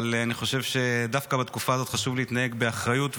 אבל אני חושב שדווקא בתקופה הזאת חשוב להתנהג באחריות,